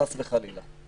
חס וחלילה.